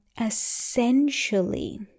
essentially